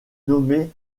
nommé